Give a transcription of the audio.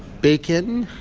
bacon,